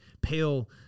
pale